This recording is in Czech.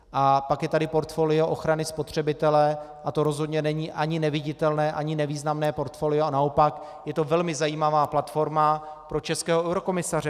A pak je tady portfolio ochrany spotřebitele a to rozhodně není ani neviditelné ani nevýznamné portfolio, naopak je to velmi zajímavá platforma pro českého eurokomisaře.